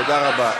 תודה רבה.